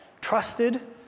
trusted